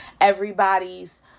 everybody's